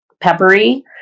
Peppery